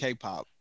K-pop